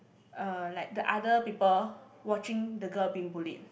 uh like the other people watching the girl being bullied